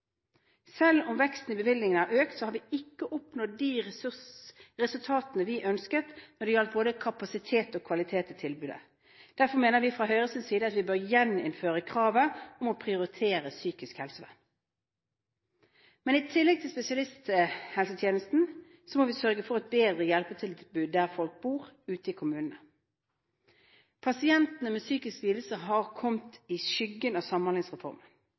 Selv om veksten i bevilgninger har økt, har vi ikke oppnådd de resultatene vi har ønsket når det gjelder både kapasitet og kvalitet i tilbudet. Derfor mener vi fra Høyres side at vi bør gjeninnføre kravet om å prioritere psykisk helsevern. I tillegg til spesialisthelsetjenesten må vi sørge for et bedre hjelpetilbud der folk bor ute i kommunene. Pasienter med psykiske lidelser har kommet i skyggen av Samhandlingsreformen.